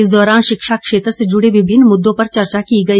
इस दौरान शिक्षा क्षेत्र से जुड़े विभिन्न मुद्दों पर चर्चा की गई